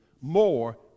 more